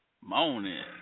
morning